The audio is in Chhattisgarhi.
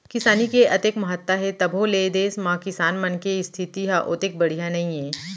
किसानी के अतेक महत्ता हे तभो ले देस म किसान मन के इस्थिति ह ओतेक बड़िहा नइये